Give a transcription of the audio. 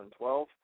2012